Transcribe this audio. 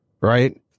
right